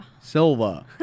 Silva